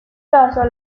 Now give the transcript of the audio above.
casos